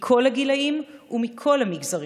מכל הגילים ומכל המגזרים.